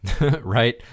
right